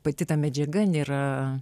pati ta medžiaga nėra